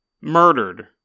Murdered